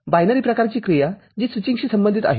binary प्रकारची क्रिया जी स्वीचिंगशी संबंधित आहे